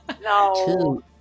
No